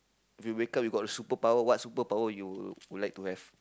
you wake up you got superpower what superpower you would like to have